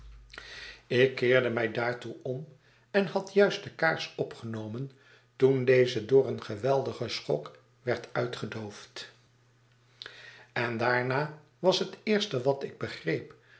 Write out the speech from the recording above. ik keerde mij daartoe om en had juist de kaars opgenomen toen deze door een geweldigen schok werd uitgedoofd en daarna was het eerste wat ik begreep